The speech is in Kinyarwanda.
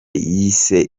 yise